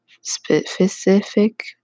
specific